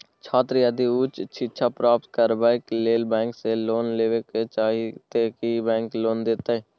छात्र यदि उच्च शिक्षा प्राप्त करबैक लेल बैंक से लोन लेबे चाहे ते की बैंक लोन देतै?